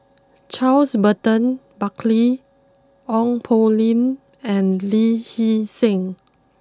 Charles Burton Buckley Ong Poh Lim and Lee Hee Seng